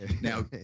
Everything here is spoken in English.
Now